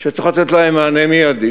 שצריך לתת להם מענה מיידי